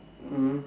mm